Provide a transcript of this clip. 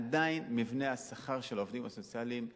עדיין מבנה השכר של העובדים הסוציאליים מעוות.